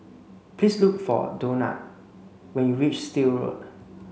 please look for Donat when you reach Still Road